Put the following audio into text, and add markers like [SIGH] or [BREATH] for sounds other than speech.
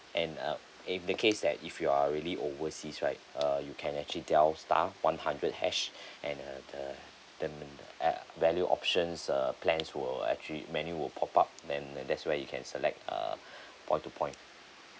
and uh in the case that if you are really overseas right uh you can actually dial star one hundred hash [BREATH] and uh the the eh value options uh plan will actually menu would pop up then that's where you can select err [BREATH] point to point